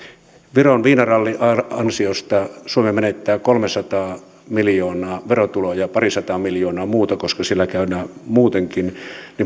viron viinarallin ansiosta suomi menettää kolmesataa miljoonaa verotuloja ja parisataa miljoonaa muuta koska siellä käydään muutenkin